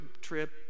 trip